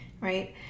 right